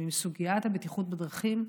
עם סוגיית הבטיחות בדרכים,